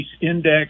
index